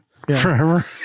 Forever